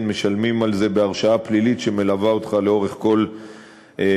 הם משלמים על זה בהרשעה פלילית שמלווה אותך לאורך כל חייך.